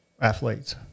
athletes